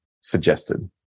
suggested